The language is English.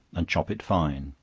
and chop it fine,